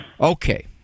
Okay